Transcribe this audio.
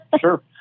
Sure